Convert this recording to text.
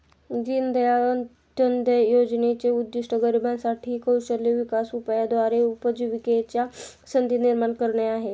दीनदयाळ अंत्योदय योजनेचे उद्दिष्ट गरिबांसाठी साठी कौशल्य विकास उपायाद्वारे उपजीविकेच्या संधी निर्माण करणे आहे